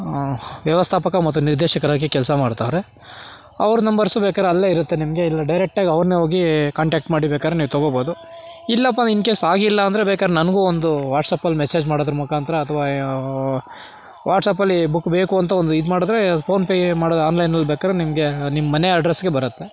ವ್ಯವಸ್ಥಾಪಕ ಮತ್ತು ನಿರ್ದೇಶಕರಾಗಿ ಕೆಲಸ ಮಾಡ್ತಾವ್ರೆ ಅವರ ನಂಬರ್ಸು ಬೇಕಾದರೆ ಅಲ್ಲೇ ಇರತ್ತೆ ನಿಮಗೆ ಡೈರೆಕ್ಟ್ ಅವರನ್ನೇ ಹೋಗಿ ಕಾಂಟಾಕ್ಟ್ ಮಾಡಿ ಬೇಕಾದ್ರೆ ನೀವು ತಗೋಬೋದು ಇಲ್ಲಪ್ಪ ಇನ್ ಕೇಸ್ ಆಗಿಲ್ಲ ಅಂದರೆ ಬೇಕಾದರೆ ನನಗೂ ಒಂದು ವಾಟ್ಸಾಪಲ್ಲಿ ಮೆಸೇಜ್ ಮಾಡೋದ್ರ ಮುಖಾಂತರ ಅಥವಾ ವಾಟ್ಸಾಪಲ್ಲಿ ಬುಕ್ ಬೇಕು ಅಂತ ಒಂದು ಇದು ಮಾಡದ್ರೆ ಫೋನ್ಪೇ ಮಾಡದ್ ಆನ್ಲೈನಲ್ಲಿ ಬೇಕಾದರೆ ನಿಮಗೆ ನಿಮ್ಮ ಮನೆ ಅಡ್ರೆಸ್ಗೆ ಬರತ್ತೆ